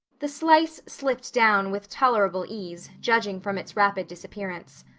the slice slipped down with tolerable ease, judging from its rapid disappearance.